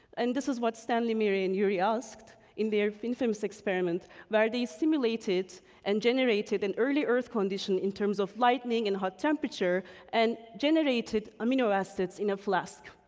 and this is what stanley miller and urey asked in their infamous experiment where they simulated and generated an early earth condition in terms of lightning and hot temperature and generated amino acids in a flask.